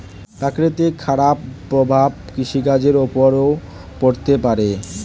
প্রকৃতির খারাপ প্রভাব কৃষিকাজের উপরেও পড়তে পারে